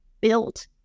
built